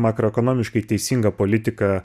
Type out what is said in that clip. makroekonomiškai teisingą politiką